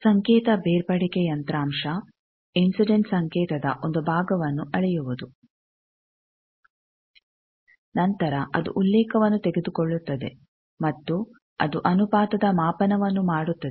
ಸಂಕೇತ ಬೇರ್ಪಡಿಕೆ ಯಂತ್ರಾಂಶ ಇನ್ಸಿಡೆಂಟ್ ಸಂಕೇತದ ಒಂದು ಭಾಗವನ್ನು ಅಳೆಯುವುದು ನಂತರ ಅದು ಉಲ್ಲೇಖವನ್ನು ತೆಗೆದುಕೊಳ್ಳುತ್ತದೆ ಮತ್ತು ಅದು ಅನುಪಾತದ ಮಾಪನವನ್ನು ಮಾಡುತ್ತದೆ